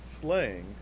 slang